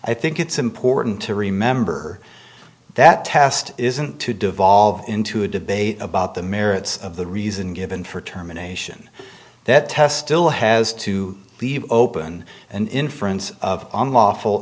i think it's important to remember that test isn't to devolve into a debate about the merits of the reason given for terminations that test ill has to leave open an inference of unlawful